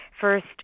first